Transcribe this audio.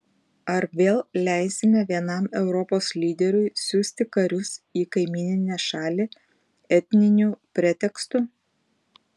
ar vėl leisime vienam europos lyderiui siųsti karius į kaimyninę šalį etniniu pretekstu